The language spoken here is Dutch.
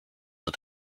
het